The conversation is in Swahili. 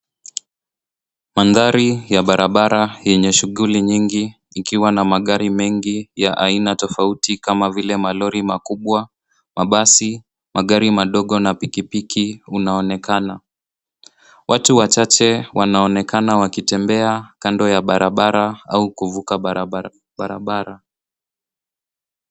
Mandhari ya barabara yenye shughuli nyingi, ikiwa na magari mengi ya aina tofauti kama vile malori makubwa, mabasi, magari madogo na pikipiki unaonekana. Watu wachache wanaonekana wakitembea kando ya barabara au kuvuka barabara.